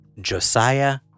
Josiah